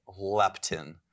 leptin